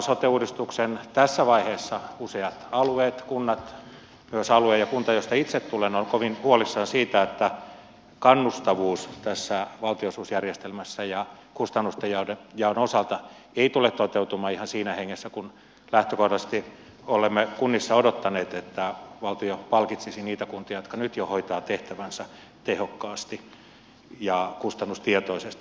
sote uudistuksen tässä vaiheessa useat alueet kunnat myös alue ja kunta josta itse tulen ovat kovin huolissaan siitä että kannustavuus tässä valtionosuusjärjestelmässä ja kustannusten jaon osalta ei tule toteutumaan ihan siinä hengessä kuin lähtökohdallisesti olemme kunnissa odottaneet että valtio palkitsisi niitä kuntia jotka nyt jo hoitavat tehtävänsä tehokkaasti ja kustannustietoisesti